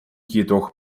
jedoch